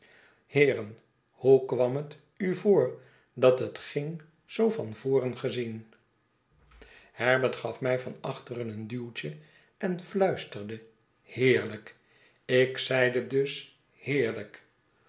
heeren hoe kwam het u voor dathetging zoo van voren gezien herbert gaf mij van achteren eenduwtjeen fluisterde heerlijk ik zeide dus heerlijk